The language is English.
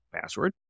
password